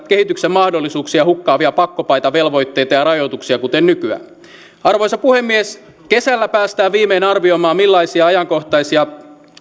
kehityksen mahdollisuuksia hukkaavia pakkopaitavelvoitteita ja rajoituksia kuten nykyään arvoisa puhemies kesällä päästään viimein arvioimaan millaisia alakohtaisia